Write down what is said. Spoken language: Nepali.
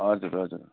हजुर हजुर